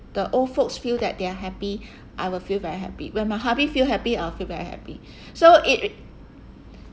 the old folks feel that they are happy I will feel very happy when my hubby feel happy I'll feel very happy so it